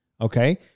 okay